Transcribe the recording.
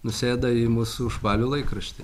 nusėda į musų užpalių laikraštį